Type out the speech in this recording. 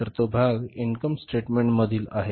तर तो भाग इन्कम स्टेटमेंटमधील आहे